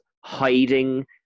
hiding